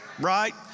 right